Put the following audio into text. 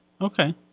Okay